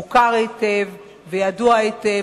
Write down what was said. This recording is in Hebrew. מוכר היטב וידוע היטב,